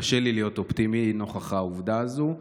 קשה לי להיות אופטימי נוכח העובדה הזו,